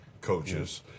coaches